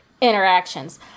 interactions